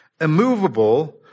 immovable